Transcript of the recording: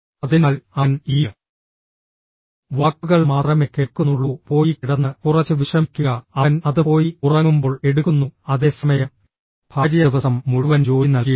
അതിനാൽ അവൻ ഈ വാക്കുകൾ മാത്രമേ കേൾക്കുന്നുള്ളൂ പോയി കിടന്ന് കുറച്ച് വിശ്രമിക്കുക അവൻ അത് പോയി ഉറങ്ങുമ്പോൾ എടുക്കുന്നു അതേസമയം ഭാര്യ ദിവസം മുഴുവൻ ജോലി നൽകിയിട്ടുണ്ട്